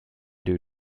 due